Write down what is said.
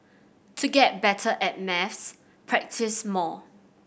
to get better at maths practise more